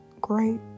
great